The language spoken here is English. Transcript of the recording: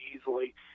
easily